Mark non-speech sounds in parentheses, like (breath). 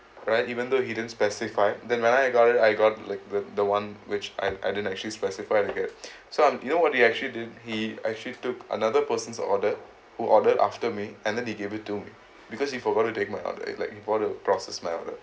right even though he didn't specify then when I got it I got like the the one which I I didn't actually specify to get (breath) so I'm you know what he actually did he actually took another person's order who ordered after me and then he gave it to me because he forgot to take my other and like he want to process my order